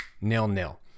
nil-nil